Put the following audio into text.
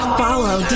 follow